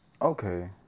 Okay